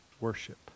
worship